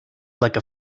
like